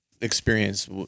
experience